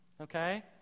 okay